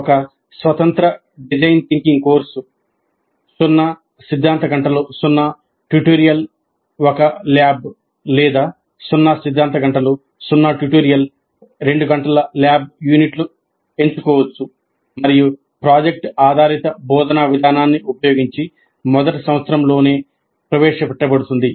ఒక స్వతంత్ర design thinking course 0 సిద్ధాంతం 0 ట్యుటోరియల్ 1 ల్యాబ్ లేదా 0 సిద్ధాంతం 0 ట్యుటోరియల్ 2 ల్యాబ్ యూనిట్లు ఎంచుకోవచ్చు మరియు ప్రాజెక్ట్ ఆధారిత బోధనా విధానాన్ని ఉపయోగించి మొదటి సంవత్సరంలోనే ప్రవేశపెట్టబడుతుంది